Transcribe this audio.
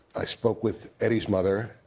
i spoke with eddie's mother,